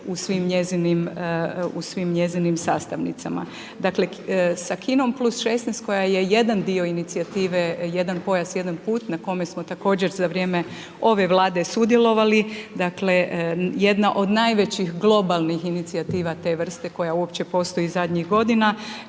u svim njezinim sastavnicama. Dakle sa Kinom plus 16 koja je jedan dio inicijative jedan pojas, jedan put na kojem smo također za vrijeme ove Vlade sudjelovali, dakle jedna od najvećih globalnih inicijativa te vrste koja uopće postoji zadnjih godina.